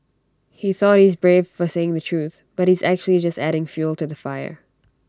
he thought he's brave for saying the truth but he's actually just adding fuel to the fire